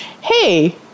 hey